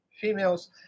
females